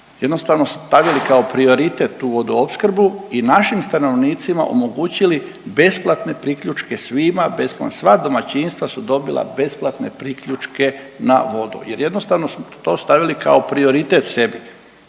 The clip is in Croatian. jednostavno stavili kao prioritet tu vodoopskrbu i našim stanovnicima omogućili besplatne priključke svima, sva domaćinstva su dobila besplatne priključke na vodu jer jednostavno smo to stavili kao prioritet sebi,